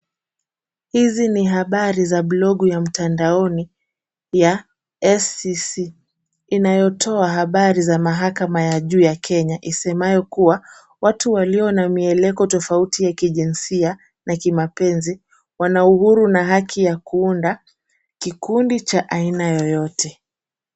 Hizi ni habari za blog ya mtandaoni ya SCC inayotoa habari za mahakama ya juu ya Kenya isemayo kuwa watu walio na mieleko tofauti ya kijinsia na kimapenzi wana uhuru na haki ya kuunda kikundi cha aina yoyote.